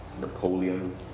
Napoleon